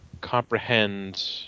comprehend